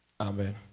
Amen